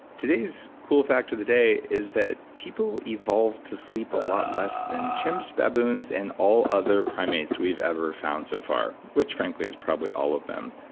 today's cool fact of the day is that people evolve to sleep a lot less than chimps, baboons, and all other primates we've ever found so far, which frankly is probably all of them.